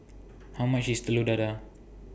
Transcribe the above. How much IS Telur Dadah